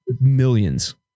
millions